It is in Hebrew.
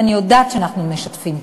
ואני יודעת שאנחנו משתפים פעולה.